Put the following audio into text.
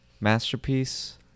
masterpiece